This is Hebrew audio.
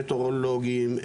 מטרולוגיים,